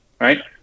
Right